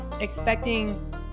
expecting